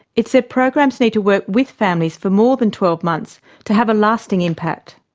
it said programs need to work with families for more than twelve months to have a lasting impact.